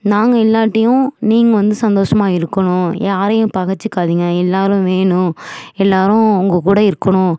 நாங்கள் இல்லாட்டியும் நீங்கள் வந்து சந்தோஷமாக இருக்கணும் யாரையும் பகைச்சுக்காதீங்க எல்லாரும் வேணும் எல்லாரும் உங்கள் கூட இருக்கணும்